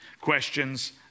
Questions